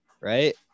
Right